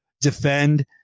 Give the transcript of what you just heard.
defend